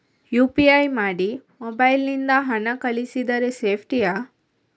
UPI ಮಾಡಿ mobile ನಿಂದ ಹಣ ಕಳಿಸಿದರೆ ಸೇಪ್ಟಿಯಾ?